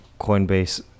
Coinbase